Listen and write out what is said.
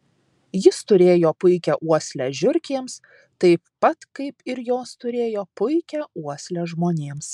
jis turėjo puikią uoslę žiurkėms taip pat kaip ir jos turėjo puikią uoslę žmonėms